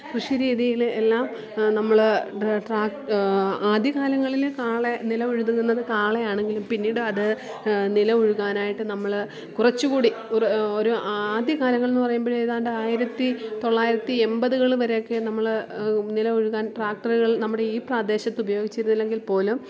കൃഷി രീതിയിൽ എല്ലാം നമ്മൾ ട് ട്രാക്ക് ആദ്യകാലങ്ങളിൽ കാള നിലം ഉഴുത് നിന്നത് കാള ആണെങ്കിലും പിന്നീട് അത് നിലം ഉഴുതാനായിട്ട് നമ്മൾ കുറച്ചു കൂടി ഒരു ഒരു ആദ്യകാലങ്ങളിൽ നിന്ന് പറയുമ്പോൾ ഏതാണ്ട് ആയിരത്തി തൊള്ളായിരത്തി എൺപതുകൾ വരെ ഒക്കെ നമ്മൾ നിലമുഴുതാൻ ട്രാക്ടറുകൾ നമ്മുടെ ഈ പ്രദേശത്ത് ഉപയോഗിച്ചിരുന്നില്ലെങ്കിൽ പോലും